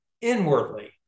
inwardly